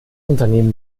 unternehmen